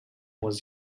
was